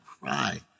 cry